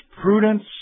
prudence